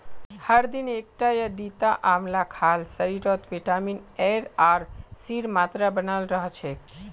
हर दिन एकटा या दिता आंवला खाल शरीरत विटामिन एर आर सीर मात्रा बनाल रह छेक